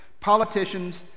politicians